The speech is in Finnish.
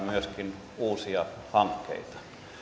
myöskin käynnistämään uusia hankkeita